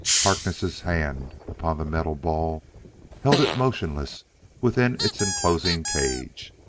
harkness' hand upon the metal ball held it motionless within its enclosing cage.